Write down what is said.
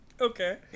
Okay